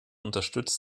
unterstützt